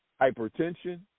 hypertension